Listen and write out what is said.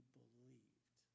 believed